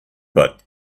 but